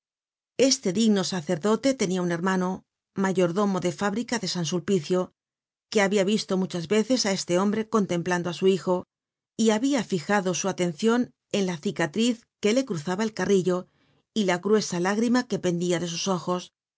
este digno sacerdote tenia un hermano mayordomo de fábrica de san sulpicio que habia visto muchas veces á este hombre contemplando á su hijo y habia fijado su atencion en la cicatriz que le cruzaba el carrillo y la gruesa lágrima que pendia de sus ojos